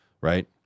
right